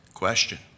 Question